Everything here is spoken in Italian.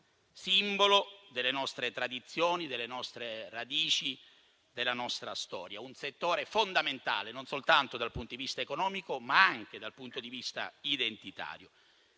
simbolo delle nostre tradizioni, delle nostre radici, della nostra storia. Un settore fondamentale, non soltanto dal punto di vista economico, ma anche dal punto di vista identitario.